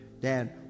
Dad